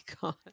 God